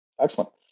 Excellent